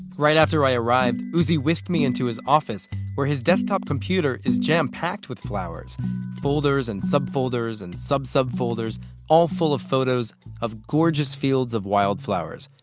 right after i arrived, uzi whisked me into his office where his desktop computer is jampacked with flowers folders and subfolders and sub-subfolders all full of photos of gorgeous fields of wildflowers,